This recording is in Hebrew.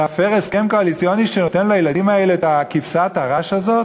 להפר הסכם קואליציוני שנותן לילדים האלה את כבשת הרש הזאת.